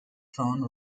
drawn